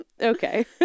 Okay